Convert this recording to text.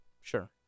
Sure